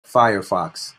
firefox